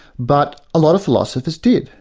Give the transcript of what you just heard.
but a lot of philosophers did.